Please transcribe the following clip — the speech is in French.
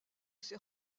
ces